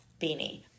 Beanie